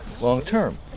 long-term